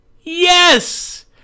yes